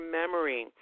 memory